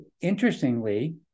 interestingly